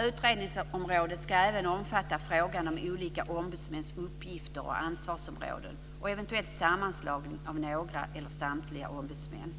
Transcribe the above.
Utredningsområdet ska även omfatta frågan om olika ombudsmäns uppgifter och ansvarsområden och eventuellt sammanslagning av några eller samtliga ombudsmän.